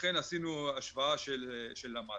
ואז משווים את המס.